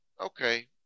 okay